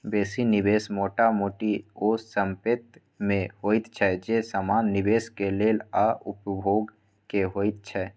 बेसी निवेश मोटा मोटी ओ संपेत में होइत छै जे समान निवेश के लेल आ उपभोग के होइत छै